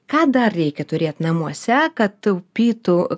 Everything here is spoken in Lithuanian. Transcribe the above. ką dar reikia turėt namuose kad taupytų